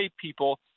people